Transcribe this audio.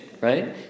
right